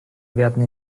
werden